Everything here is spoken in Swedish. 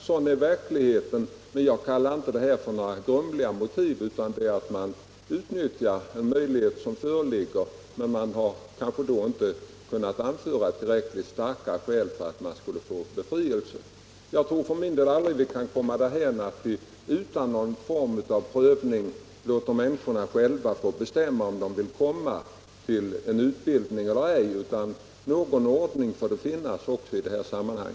Sådan är verkligheten, och jag kallar inte detta ”grumliga motiv” utan menar att man söker utnyttja en möjlighet som föreligger, även om man inte kan anföra tillräckligt starka skäl för att få befrielse. Jag tror för min del att vi aldrig kan komma dithän att vi utan någon form av prövning låter människorna själva bestämma om de vill detta i denna utbildning eller ej. Någon ordning får det finnas också i detta sammanhang.